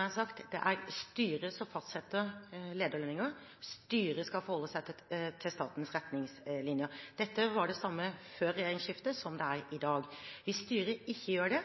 jeg har sagt: Det er styret som fastsetter lederlønninger. Styret skal forholde seg til statens retningslinjer. Dette var det samme før regjeringsskiftet som det er i dag. Hvis styret ikke gjør det,